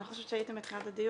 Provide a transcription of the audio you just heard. אני לא חושבת שהייתם בתחילת הדיון,